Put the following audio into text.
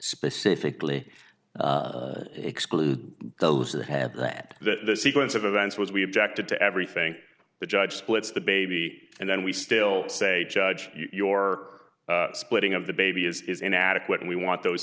specifically exclude those that have that that the sequence of events was we objected to everything the judge splits the baby and then we still say judge your splitting of the baby is inadequate and we want those